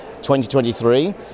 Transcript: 2023